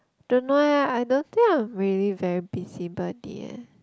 don't know eh I don't think I'm really very busybody eh